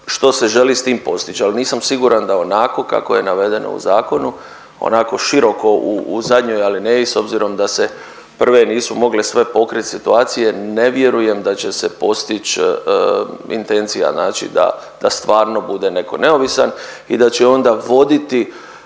što se želi s tim postić, ali nisam siguran da je onako kako je navedeno u zakonu, onako široko u zadnjoj alineji, s obzirom da se prve nisu mogle sve pokrit situacije, ne vjerujem da će se postić intencija, znači da stvarno bude netko neovisan i da će onda voditi,